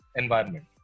environment